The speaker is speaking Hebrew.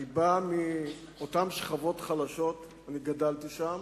אני בא מאותן שכבות חלשות, אני גדלתי שם,